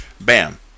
Bam